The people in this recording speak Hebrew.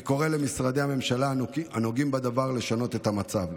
אני קורא למשרדי הממשלה הנוגעים בדבר לשנות את המצב.